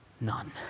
none